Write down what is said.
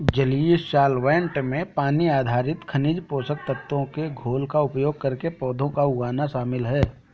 जलीय सॉल्वैंट्स में पानी आधारित खनिज पोषक तत्वों के घोल का उपयोग करके पौधों को उगाना शामिल है